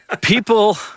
people